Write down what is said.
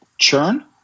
Churn